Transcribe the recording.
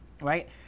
Right